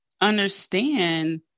understand